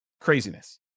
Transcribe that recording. craziness